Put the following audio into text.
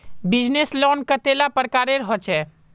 Business loan कतेला प्रकारेर होचे?